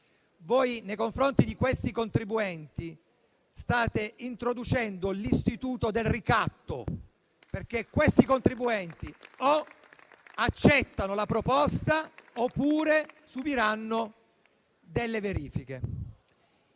Nei confronti di questi contribuenti state introducendo l'istituto del ricatto, perché o accettano la proposta oppure subiranno verifiche.